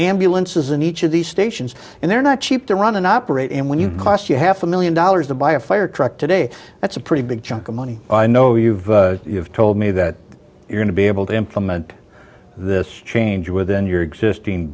ambulances in each of these stations and they're not cheap to run and operate and when you cost you half a million dollars to buy a fire truck today that's a pretty big chunk of money i know you've told me that you're going to be able to implement this change within your existing